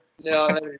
No